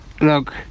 Look